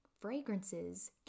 fragrances